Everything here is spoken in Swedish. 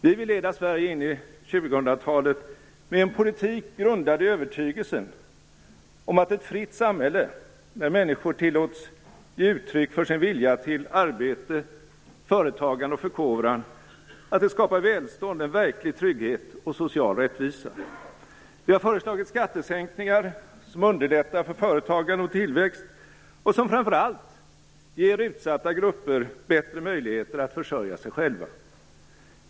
Vi vill leda Sverige in i 2000 talet med en politik grundad på övertygelsen att ett fritt samhälle, där människor tillåts ge uttryck för sin vilja till arbete, företagande och förkovran, skapar välstånd, en verklig trygghet och social rättvisa. Vi har föreslagit skattesänkningar som underlättar för företagande och tillväxt och som framför allt ger utsatta grupper bättre möjligheter att försörja sig själva.